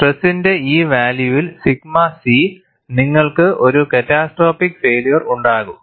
സ്ട്രെസ്സിന്റെ ഈ വാല്യൂവിൽ സിഗ്മ C നിങ്ങൾക്ക് ഒരു ക്യാറ്റസ്ട്രോപ്പിക് ഫൈയില്യർ ഉണ്ടാകും